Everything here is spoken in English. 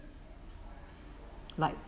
like